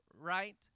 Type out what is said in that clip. right